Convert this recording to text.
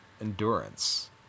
endurance